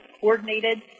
coordinated